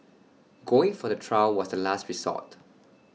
going for the trial was the last resort